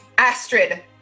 Astrid